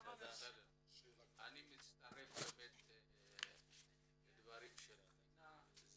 אני מצטרף לדבריה של פנינה.